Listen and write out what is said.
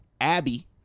Abby